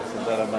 הגיע.